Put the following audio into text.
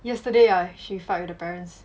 yesterday ah she fight with the parents